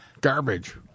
Garbage